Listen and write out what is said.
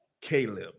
Caleb